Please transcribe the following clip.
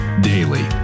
Daily